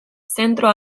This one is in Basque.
zentro